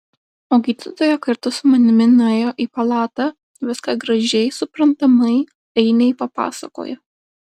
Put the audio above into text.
o gydytoja kartu su manimi nuėjo į palatą viską gražiai suprantamai ainei papasakojo